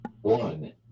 One